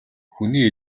хүний